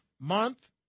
month